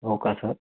हो का सर